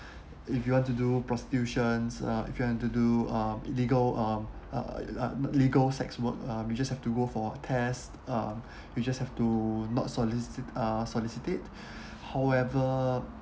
if you want to do prostitutions uh if you want to do uh illegal um uh um legal sex work uh you just have to go for test um we just have to not solicit~ uh solicited however